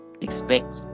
expect